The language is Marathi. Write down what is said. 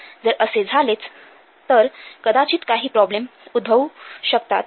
जर असे झालेच तर कदाचित काही प्रॉब्लेम उदभवू होऊ शकतात